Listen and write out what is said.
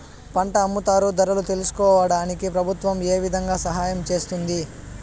పంట అమ్ముతారు ధరలు తెలుసుకోవడానికి ప్రభుత్వం ఏ విధంగా సహాయం చేస్తుంది?